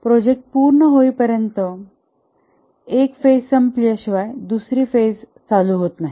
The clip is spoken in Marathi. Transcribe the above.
प्रोजेक्ट पूर्ण होईपर्यंत एक फेज संपल्या शिवाय दुसरी फेज चालू होत नाही